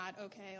okay